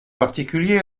particulier